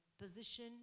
position